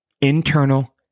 Internal